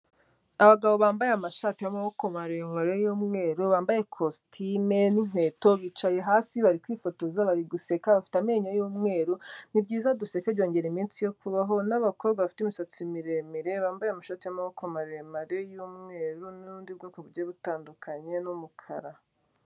Abagabo bambaye amashati y'amaboko maremare y'umweru bambaye kositime n'inkweto, bicaye hasi, bari kwifotoza, bari guseka, bafite amenyo y'umweru, ni byiza duseke byongera iminsi yo kubaho, n'abakobwa bafite imisatsi miremire bambaye amashati y'amaboko maremare y'umweru n'ubundi bwoko butandukanye n'umukara.